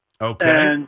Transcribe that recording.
okay